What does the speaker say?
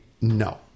no